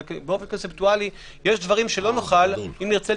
אבל באופן קונספטואלי יש דברים שלא נוכל לתקן